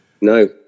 No